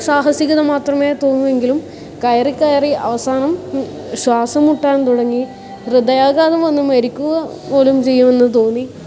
സാഹസികത മാത്രമേ തോന്നുവെങ്കിലും കയറി കയറി അവസാനം ശ്വാസം മുട്ടാൻ തുടങ്ങി ഹൃദയാഘാതം വന്ന് മരിക്കുക പോലും ചെയ്യുമെന്ന് തോന്നി